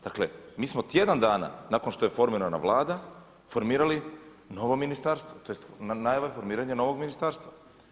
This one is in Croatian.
Dakle, mi smo tjedan dana nakon što je formirana Vlada formirali novo ministarstvo tj. najava je formiranja novog ministarstva.